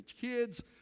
kids